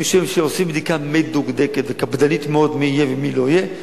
משום שעושים בדיקה מדוקדקת וקפדנית מאוד מי יהיה ומי לא יהיה,